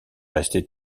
rester